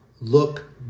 look